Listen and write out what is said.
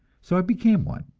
so i became one,